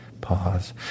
Pause